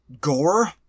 gore